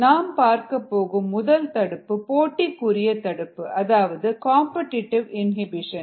நாம் பார்க்கப் போகும் முதல் தடுப்பு போட்டிக்குரிய தடுப்பு அதாவது காம்படிடிவு இனிபிஷன்